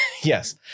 Yes